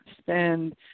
spend